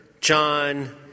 John